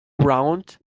around